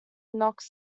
knocks